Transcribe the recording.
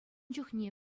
чухне